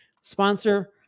sponsor